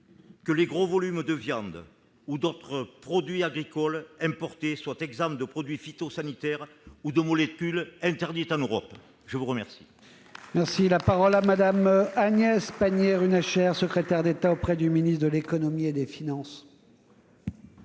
que les gros volumes de viande ou d'autres produits agricoles importés soient exempts de produits phytosanitaires ou de molécules interdites en Europe ? La parole est à Mme la secrétaire d'État auprès du ministre de l'économie et des finances.